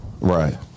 Right